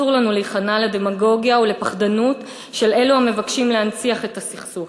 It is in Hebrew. אסור לנו להיכנע לדמגוגיה ולפחדנות של אלו המבקשים להנציח את הסכסוך,